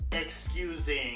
excusing